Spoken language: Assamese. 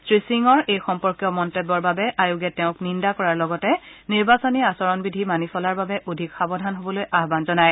শ্ৰীসিঙৰ এই সম্পৰ্কীয় মন্তব্যৰ বাবে আয়োগে তেওঁক নিন্দা কৰাৰ লগতে নিৰ্বাচনী আচৰণবিধি মানি চলাৰ বাবে অধিক সাৱধান হবলৈ আহবান জনায়